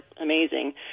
Amazing